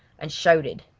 and shouted.